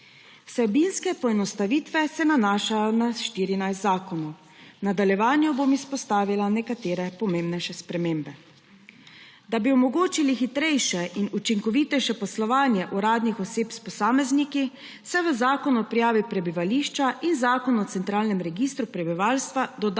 Vsebinske poenostavitve se nanašajo na štirinajst zakonov. V nadaljevanju bom izpostavila nekatere pomembnejše spremembe. Da bi omogočili hitrejše in učinkovitejše poslovanje uradnih oseb s posamezniki, se v Zakonu o prijavi prebivališča in Zakonu o centralnem registru prebivalstva dodajo